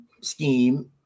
scheme